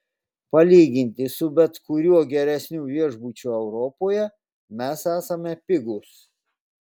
palyginti su bet kuriuo geresniu viešbučiu europoje mes esame pigūs